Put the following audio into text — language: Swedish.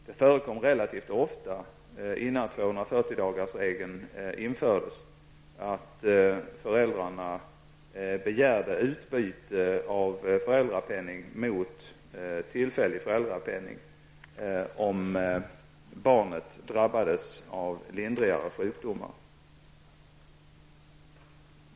Det förekom relativt ofta innan 240-dagarsregeln infördes att föräldrarna begärde utbyte av föräldrapenningen mot tillfällig föräldrapenning om barnet drabbades av lindrigare sjukdomar.